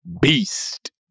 beast